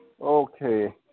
Okay